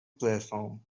platform